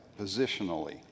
positionally